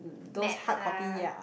maps ah